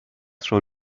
show